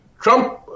Trump